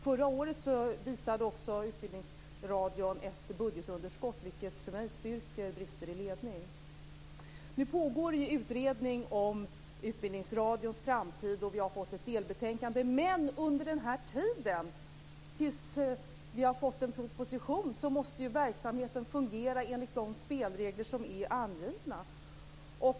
Förra året visade Utbildningsradion ett budgetunderskott, vilket för mig styrker uppgifter om brister i ledning. Nu pågår utredning om Utbildningsradions framtid. Vi har fått ett delbetänkande. Men under tiden tills vi får en proposition måste verksamheten fungera enligt de spelregler som är angivna.